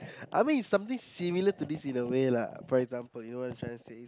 I mean it's something similar to this in a way lah for example you know what I tryna say